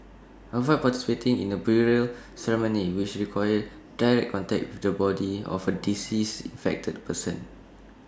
avoid participating in burial ceremonies which require direct contact with the body of A deceased infected person